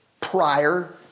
prior